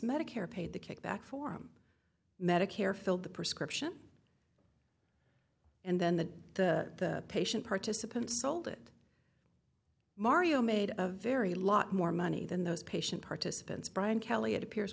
medicare paid the kickback form medicare fill the prescription and then the the patient participants sold it mario made a very lot more money than those patient participants brian kelly it appears